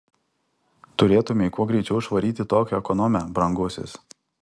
turėtumei kuo greičiau išvaryti tokią ekonomę brangusis